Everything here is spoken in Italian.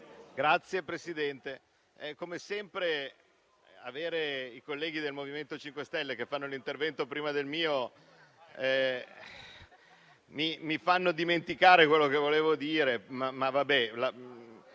Signor Presidente, come sempre, avere i colleghi del Movimento 5 Stelle che fanno il loro intervento prima del mio mi fa dimenticare quello che volevo dire. Ho visto